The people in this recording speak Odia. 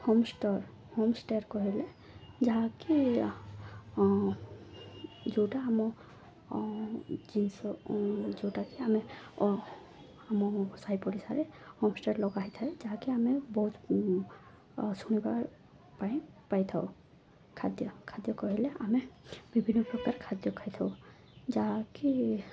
ହୋମ୍ ଷ୍ଟର ହୋମ୍ ଷ୍ଟେର୍ କହିଲେ ଯାହାକି ଯେଉଁଟା ଆମ ଜିନିଷ ଯେଉଁଟାକି ଆମେ ଆମ ସାହି ପଡ଼ିଶାରେ ହୋମ୍ ଷ୍ଟେର୍ ଲଗା ହେଇଥାଏ ଯାହାକି ଆମେ ବହୁତ ଶୁଣିବା ପାଇଁ ପାଇଥାଉ ଖାଦ୍ୟ ଖାଦ୍ୟ କହିଲେ ଆମେ ବିଭିନ୍ନ ପ୍ରକାର ଖାଦ୍ୟ ଖାଇଥାଉ ଯାହାକି